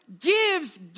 gives